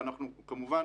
ואנחנו כמובן